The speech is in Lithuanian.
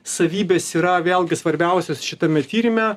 savybės yra vėlgi svarbiausios šitame tyrime